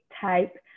type